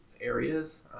Areas